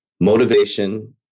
Motivation